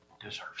deserves